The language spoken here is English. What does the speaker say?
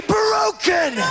broken